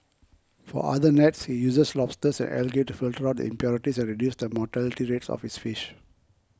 for other nets he uses lobsters and algae to filter out impurities and reduce the mortality rates of his fish